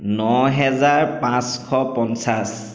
ন হাজাৰ পাঁচশ পঞ্চাছ